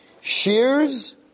shears